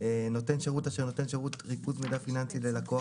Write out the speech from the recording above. "נותן שירות אשר נותן שירות ריכוז מידע פיננסי ללקוח,